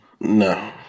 No